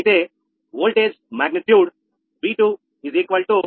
అయితే voltage magnitude V2 1